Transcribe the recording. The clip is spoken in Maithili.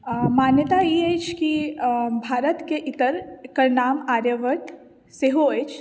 आ मान्यता ई अछि कि भारतके इतर एकर नाम आर्यावर्त सेहो अछि